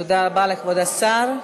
תודה רבה לכבוד השר.